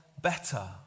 better